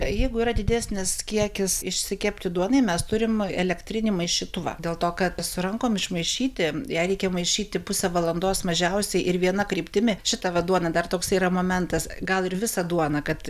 jeigu yra didesnis kiekis išsikepti duonai mes turim elektrinį maišytuvą dėl to kad su rankom išmaišyti ją reikia maišyti pusę valandos mažiausiai ir viena kryptimi šita va duona dar toks yra momentas gal ir visą duoną kad